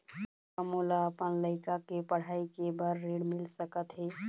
का मोला अपन लइका के पढ़ई के बर ऋण मिल सकत हे?